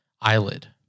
eyelid